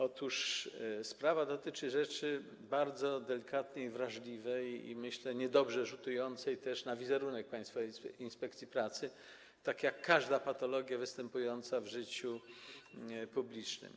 Otóż sprawa dotyczy rzeczy bardzo delikatnej, wrażliwej i, myślę, niedobrze rzutującej na wizerunek Państwowej Inspekcji Pracy, tak jak każda patologia występująca w życiu publicznym.